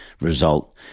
result